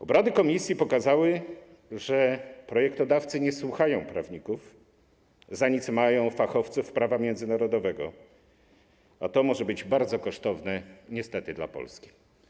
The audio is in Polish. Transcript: Obrady komisji pokazały, że projektodawcy nie słuchają prawników, za nic mają fachowców od prawa międzynarodowego, a to niestety może być bardzo kosztowne dla Polski.